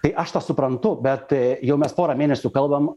tai aš tą suprantu bet jau mes porą mėnesių kalbam